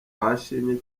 twashimiye